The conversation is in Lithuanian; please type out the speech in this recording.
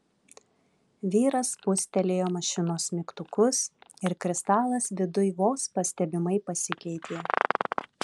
vyras spustelėjo mašinos mygtukus ir kristalas viduj vos pastebimai pasikeitė